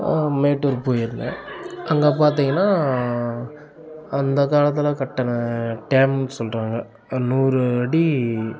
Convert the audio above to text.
மேட்டூர் போயிருந்தேன் அங்கே பார்த்திங்கன்னா அந்தக் காலத்தில் கட்டின டேம்னு சொல்கிறாங்க நூறு அடி